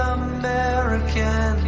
american